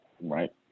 right